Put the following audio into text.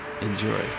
Enjoy